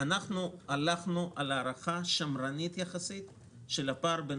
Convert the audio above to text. הלכנו על הערכה שמרנית יחסית של הפער בין